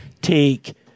take